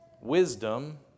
wisdom